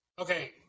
Okay